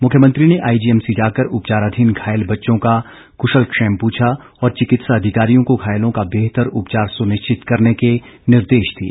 मुख्यमंत्री ने आईजीएमसी जाकर उपचाराधीन घायल बच्चों का कृशलक्षेम पूछा और चिकित्सा अधिकारियों को घायलों का बेहतर उपचार सुनिश्चित करने के निर्देश दिए